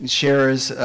shares